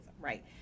right